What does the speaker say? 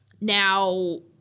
now